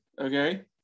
okay